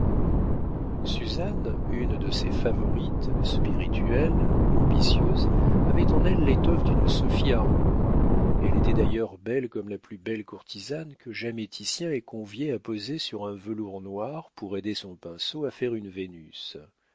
suzanne une de ses favorites spirituelle ambitieuse avait en elle l'étoffe d'une sophie arnould elle était d'ailleurs belle comme la plus belle courtisane que jamais titien ait conviée à poser sur un velours noir pour aider son pinceau à faire une vénus